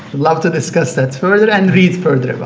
love to discuss that further and read further